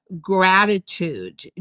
gratitude